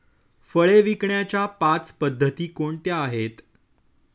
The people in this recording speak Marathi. फळे विकण्याच्या पाच पद्धती कोणत्या आहेत?